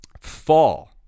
Fall